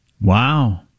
Wow